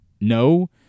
no